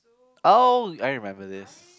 oh I remember this